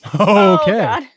Okay